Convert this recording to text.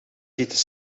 zitten